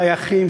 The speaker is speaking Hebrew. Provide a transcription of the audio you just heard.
טייחים,